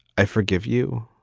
i forgive you.